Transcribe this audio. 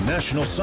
National